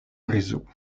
réseau